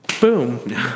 boom